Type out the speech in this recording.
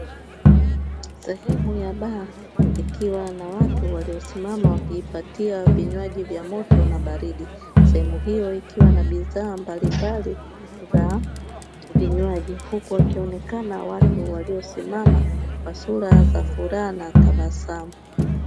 Sehemu ya baa ikiwa na watu waliosimama wakijipatia vinywaji vya moto na baridi. Sehemu hiyo, ikiwa na bidhaa mbalimbali za vinywaji huku wakionekana watu waliosimama kwa sura za furaha na tabasamu.